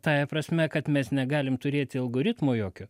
tąja prasme kad mes negalim turėti algoritmo jokio